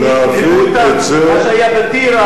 אם יעשו מה שהיה בטירה,